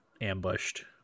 ambushed